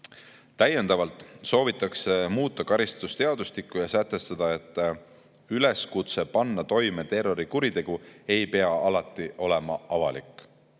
Täiendavalt soovitakse muuta karistusseadustikku ja sätestada, et üleskutse panna toime terrorikuritegu ei pea alati olema avalik.